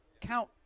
count